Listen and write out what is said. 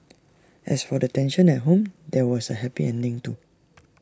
as for the tension at home there was A happy ending too